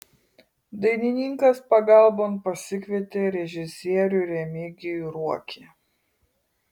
dainininkas pagalbon pasikvietė režisierių remigijų ruokį